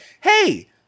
hey